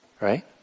right